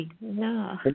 no